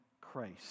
christ